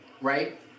right